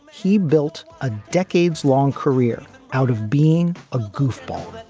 he built a decades long career out of being a goofball.